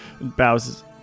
bows